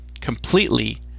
completely